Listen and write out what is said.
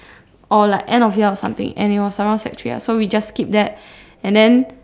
or like end of year or something and it was around sec three lah so we just skip that and then